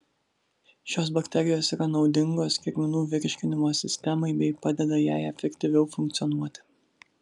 šios bakterijos yra naudingos kirminų virškinimo sistemai bei padeda jai efektyviau funkcionuoti